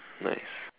nice